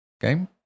game